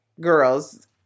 girls